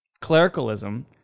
Clericalism